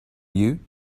you